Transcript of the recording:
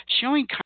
Showing